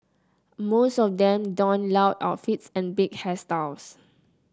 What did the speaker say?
most of them donned loud outfits and big hairstyles